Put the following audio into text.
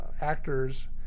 actors